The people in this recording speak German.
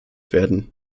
werden